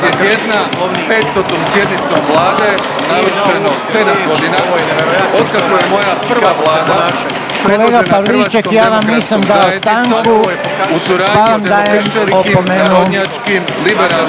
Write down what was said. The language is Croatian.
Kolega Pavliček ja vam nisam dao stanku, pa vam dajem opomenu./…